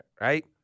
right